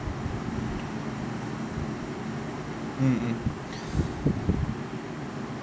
mm mm